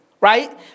right